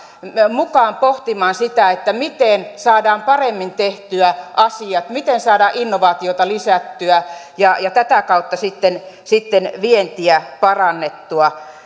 mukaan pohtimaan sitä miten saadaan paremmin tehtyä asiat miten saadaan innovaatioita lisättyä ja ja tätä kautta sitten sitten vientiä parannettua